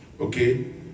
Okay